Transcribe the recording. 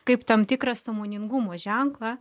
kaip tam tikrą sąmoningumo ženklą